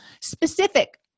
Specific